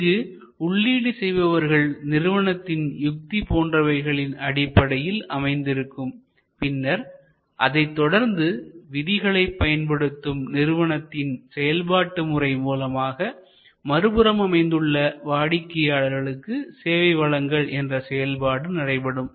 இங்கு உள்ளீடு செய்பவர்கள் நிறுவனத்தின் யுக்தி போன்றவைகளின் அடிப்படையில் அமைந்திருக்கும் பின்னர் அதைத் தொடர்ந்து விதிகளை பயன்படுத்தும் நிறுவனத்தின் செயல்பாட்டுமுறை மூலமாக மறுபுறம் அமைந்துள்ள வாடிக்கையாளர்களுக்கு சேவை வழங்கல் என்ற செயல்பாடு நடைபெறும்